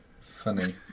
funny